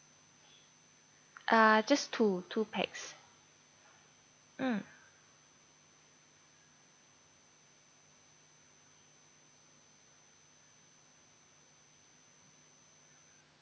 uh just two two pax mm